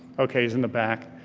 okay, in the back,